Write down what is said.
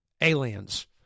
Aliens